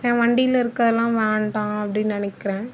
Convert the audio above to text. என் வண்டியில் இருக்கிறல்லாம் வேண்டாம் அப்படின் நினைக்கிறேன்